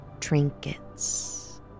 trinkets